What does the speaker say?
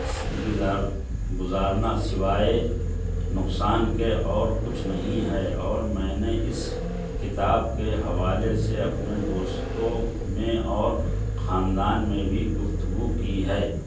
گزار گزارنا سوائے نقصان کے اور کچھ نہیں ہے اور میں نے اس کتاب کے حوالے سے اپنے دوستوں میں اور خاندان میں بھی گفتگو کی ہے